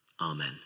Amen